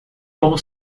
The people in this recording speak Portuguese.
com